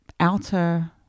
outer